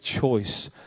choice